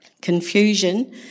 confusion